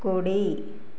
కుడి